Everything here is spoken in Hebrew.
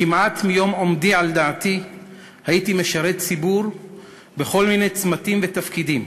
כמעט מיום עומדי על דעתי הייתי משרת ציבור בכל מיני צמתים ותפקידים.